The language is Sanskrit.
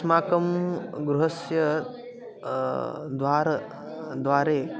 अस्माकं गृहस्य द्वारं द्वारे